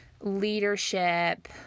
leadership